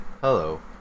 hello